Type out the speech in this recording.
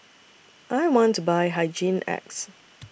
I want to Buy Hygin X